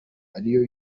ariyo